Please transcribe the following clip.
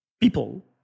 people